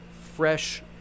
fresh